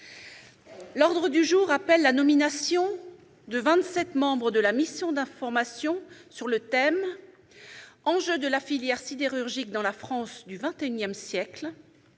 L'ordre du jour appelle la nomination des 27 membres de la mission d'information sur le thème :« Enjeux de la filière sidérurgique dans la France du XXI siècle :